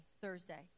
Thursday